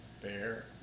bear